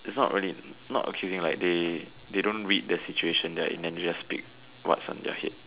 it's not really not accusing like they they don't read the situation they area in they just speak what's from their head